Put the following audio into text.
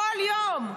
כל יום.